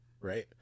right